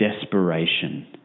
desperation